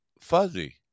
fuzzy